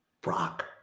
brock